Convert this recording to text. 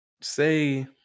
say